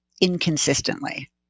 inconsistently